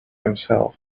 himself